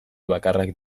bakarrak